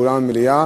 באולם המליאה,